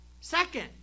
Second